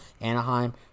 Anaheim